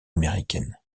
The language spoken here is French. américaine